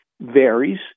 varies